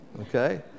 Okay